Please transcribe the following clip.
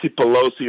Pelosi